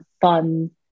fun